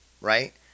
right